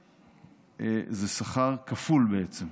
זה שכר כפול בעצם.